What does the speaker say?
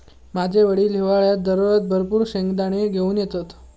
माझे वडील हिवाळ्यात दररोज भरपूर शेंगदाने घेऊन येतत